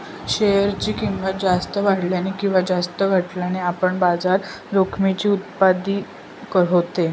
share ची किंमत जास्त वाढल्याने किंवा जास्त घटल्याने पण बाजार जोखमीची उत्पत्ती होते